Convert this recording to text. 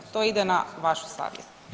To ide na vašu savjest.